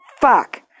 fuck